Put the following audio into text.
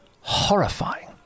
Horrifying